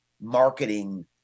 marketing